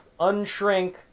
unshrink